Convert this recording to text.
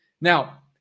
Now